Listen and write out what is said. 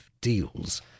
deals